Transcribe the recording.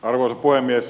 arvoisa puhemies